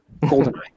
GoldenEye